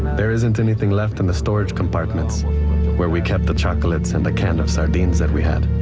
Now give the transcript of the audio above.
there isn't anything left in the storage compartments where we kept the chocolates and the can of sardines that we had.